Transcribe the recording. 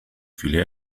viele